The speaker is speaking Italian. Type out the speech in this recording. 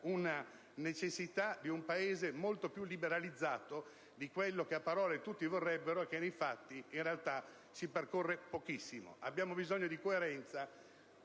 la necessità di un Paese molto più liberalizzato, che a parole tutti vorrebbero ma che nei fatti si persegue pochissimo. Abbiamo bisogno di coerenza.